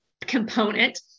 component